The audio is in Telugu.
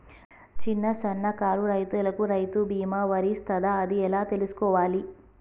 చిన్న సన్నకారు రైతులకు రైతు బీమా వర్తిస్తదా అది ఎలా తెలుసుకోవాలి?